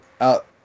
out